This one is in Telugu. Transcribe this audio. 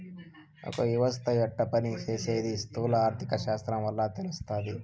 ఒక యవస్త యెట్ట పని సేసీది స్థూల ఆర్థిక శాస్త్రం వల్ల తెలస్తాది